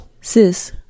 sis